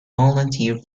volunteer